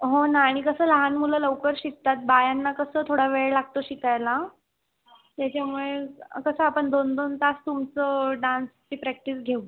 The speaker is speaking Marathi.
हो ना आणि कसं लहान मुलं लवकर शिकतात बायांना कसं थोडा वेळ लागतो शिकायला त्याच्यामुळे कसं आपण दोन दोन तास तुमचं डान्सची प्रॅक्टिस घेऊ